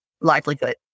livelihood